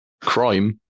crime